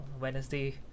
Wednesday